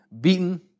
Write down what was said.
beaten